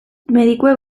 medikuek